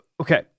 Okay